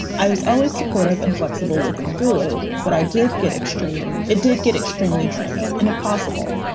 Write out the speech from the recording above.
i was always supportive and flexible with them through it. but i did get extremely it did get extremely draining. and if possible,